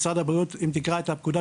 משרד הבריאות - אם תקרא את פקודת